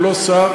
הוא לא שר,